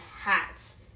hats